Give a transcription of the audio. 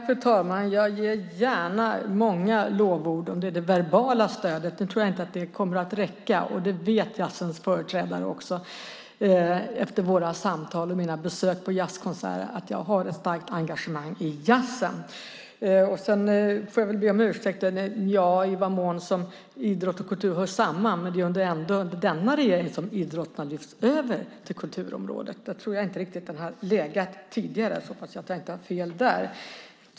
Fru talman! Jag ger gärna många lovord i verbalt stöd, men jag tror inte att det kommer att räcka. Jazzens företrädare vet också att jag har ett starkt engagemang i jazzen efter våra samtal och mina besök på jazzkonserter. Jag får väl be om ursäkt när det gäller i vad mån som idrott och kultur hör samman. Det är ändå under den här regeringen som idrotten har lyfts över till kulturområdet. Jag tror inte att den här legat där tidigare. Jag hoppas att jag inte har fel där.